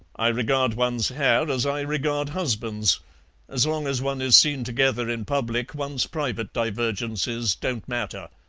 i regard one's hair as i regard husbands as long as one is seen together in public one's private divergences don't matter.